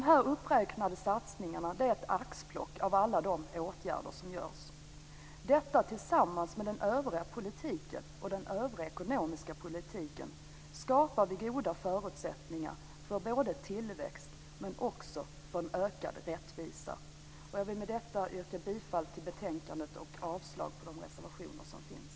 Dessa uppräknade satsningar är ett axplock av alla de åtgärder som vidtas. Detta, tillsammans med den övriga politiken, skapar goda förutsättningar för både tillväxt och ökad rättvisa. Jag vill med detta yrka bifall till förslaget i betänkandet och avslag på de reservationer som finns.